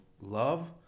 love